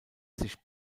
sich